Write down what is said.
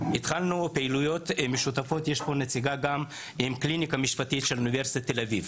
התחלנו פעילויות משותפות עם הקליניקה המשפטית של אוניברסיטת תל אביב,